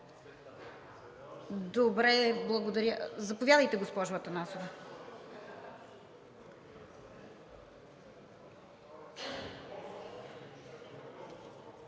Добре, благодаря. Заповядайте, госпожо Атанасова.